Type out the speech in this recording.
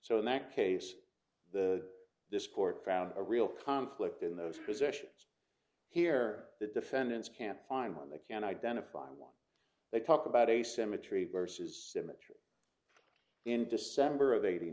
so in that case the this court found a real conflict in those positions here the defendants can't find one they can identify one they talk about asymmetry versus symmetry in december of eighty